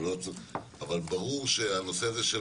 אבל ברור שהנושא הזה של